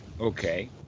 Okay